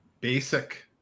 basic